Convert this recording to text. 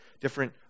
different